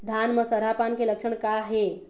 धान म सरहा पान के लक्षण का हे?